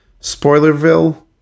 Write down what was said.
Spoilerville